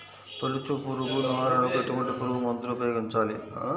తొలుచు పురుగు నివారణకు ఎటువంటి పురుగుమందులు ఉపయోగించాలి?